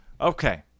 Okay